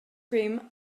cream